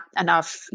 enough